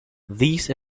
these